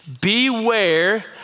Beware